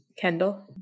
Kendall